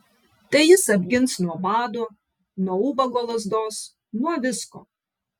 tai jis apgins nuo bado nuo ubago lazdos nuo visko